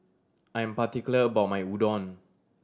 I'm particular about my Udon